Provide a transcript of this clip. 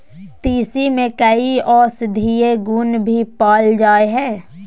तीसी में कई औषधीय गुण भी पाल जाय हइ